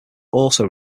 also